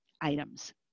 items